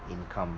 income